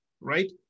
right